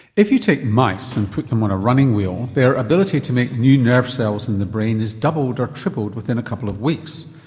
if you take mice and put them on a running wheel their ability to make new nerve cells in the brain is doubled or tripled within a couple of weeks.